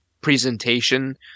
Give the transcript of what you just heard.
presentation